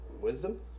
wisdom